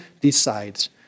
decides